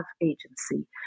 agency